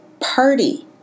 party